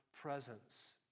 presence